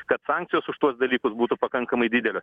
kad sankcijos už tuos dalykus būtų pakankamai didelė